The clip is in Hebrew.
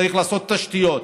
צריך לעשות תשתיות.